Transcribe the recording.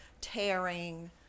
tearing